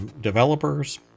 developers